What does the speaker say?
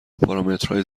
پارامترهای